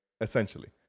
Essentially